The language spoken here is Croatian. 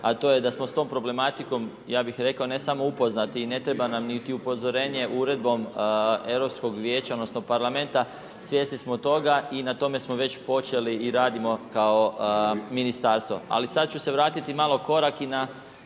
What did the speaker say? a to je da smo s tom problematikom ja bih rekao ne samo upoznati i ne treba niti upozorenje uredbom Europskog vijeća odnosno parlamenta, svjesni smo toga i na tome smo već počeli i radimo kao ministarstvo ali sad ću se vratiti malo korak i na